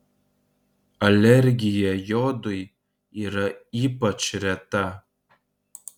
alergija jodui yra ypač reta